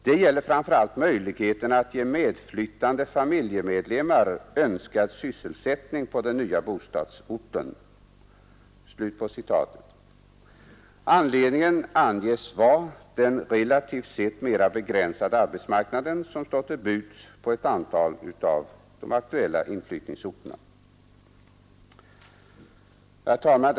Det gäller framförallt möjligheterna att ge medflyttande familjemedlemmar önskad sysselsättning på den nya bostadsorten.” Anledningen anges vara den relativt sett mera begränsade arbetsmarknad som står till buds på ett antal av de aktuella inflyttningsorterna. Herr talman!